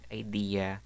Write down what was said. idea